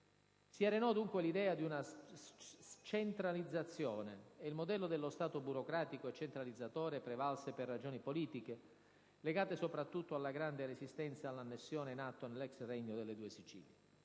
Si arenò dunque l'idea di una «scentralizzazione» e il modello dello Stato burocratico e centralizzatore prevalse per ragioni politiche, legate soprattutto alla grande resistenza all'annessione in atto nell'ex Regno delle Due Sicilie.